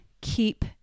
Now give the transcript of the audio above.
keep